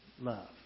love